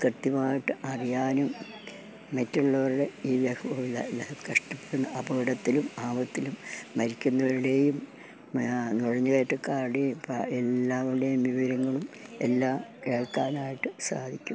കൃത്യമായിട്ട് അറിയാനും മറ്റുള്ളവരുടെ ഈ അപകടത്തിലും ആപത്തിലും മരിക്കുന്നവരുടെയും നുഴഞ്ഞുകയറ്റക്കാരുടെയും എല്ലാവരുടെയും വിവരങ്ങളുമെല്ലാം കേൾക്കാനായിട്ട് സാധിക്കുന്നുണ്ട്